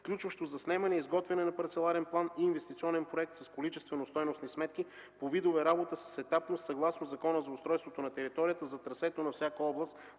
включващо заснемане и изготвяне на парцеларен план и инвестиционен проект с количествено-стойностни сметки по видове работа с етапност, съгласно Закона за устройството на територията за трасето на всяка област